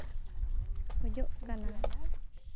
ᱠᱷᱚᱡᱚᱜ ᱠᱟᱱᱟ